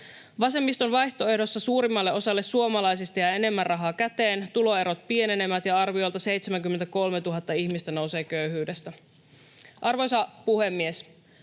Vasemmiston vaihtoehdossa suurimmalle osalle suomalaisista jää enemmän rahaa käteen, tuloerot pienenevät ja arviolta 73 000 ihmistä nousee köyhyydestä. Arvoisa puhemies!